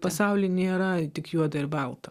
pasauly nėra tik juoda ir balta